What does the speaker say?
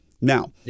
Now